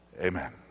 Amen